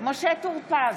משה טור פז,